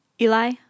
Eli